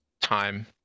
time